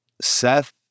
Seth